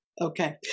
Okay